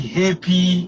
happy